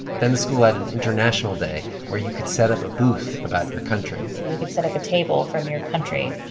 then the school had an international day where you could set up a booth about your country you could set up a table from your country.